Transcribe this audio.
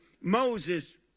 Moses